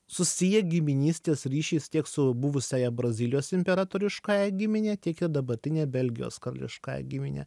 susiję giminystės ryšiais tiek su buvusiąja brazilijos imperatoriškąja gimine tiek ir dabartine belgijos karališkąja gimine